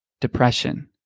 depression